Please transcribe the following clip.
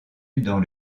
dans